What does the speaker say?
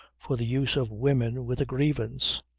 for the use of women with a grievance.